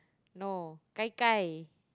no Gai-Gai